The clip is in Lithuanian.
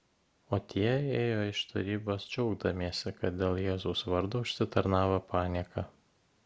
o tie ėjo iš tarybos džiaugdamiesi kad dėl jėzaus vardo užsitarnavo panieką